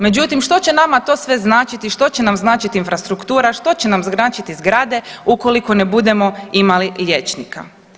Međutim, što će nama to sve značiti, što će nam značiti infrastruktura, što će nam značiti zgrade ukoliko ne budemo imali liječnika.